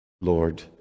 Lord